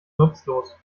nutzlos